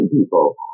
people